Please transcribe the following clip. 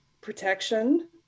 protection